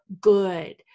good